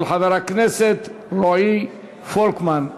של חבר הכנסת רועי פולקמן.